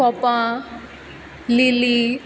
कोपां lily